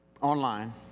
online